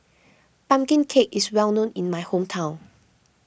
Pumpkin Cake is well known in my hometown